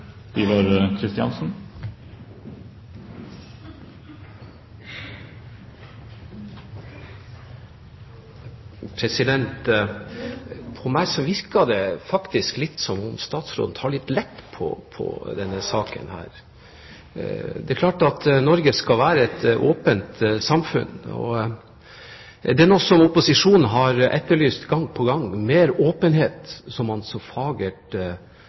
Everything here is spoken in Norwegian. som om statsråden tar litt lett på denne saken. Det er klart at Norge skal være et åpent samfunn, det er noe som opposisjonen har etterlyst gang på gang – mer åpenhet, som man så